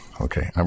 Okay